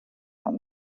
vom